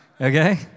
Okay